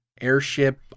airship